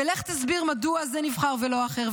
ולך תסביר מדוע" זה נבחר ולא אחר,